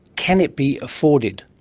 can it be afforded?